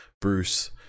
Bruce